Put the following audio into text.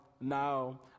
now